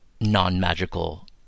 non-magical